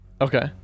Okay